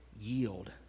yield